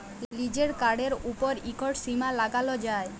লিজের কাড়ের উপর ইকট সীমা লাগালো যায়